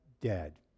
dead